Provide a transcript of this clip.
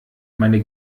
meine